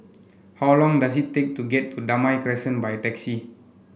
how long does it take to get to Damai Crescent by taxi